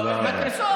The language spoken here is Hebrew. במה הן מקריסות?